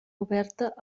oberta